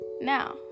Now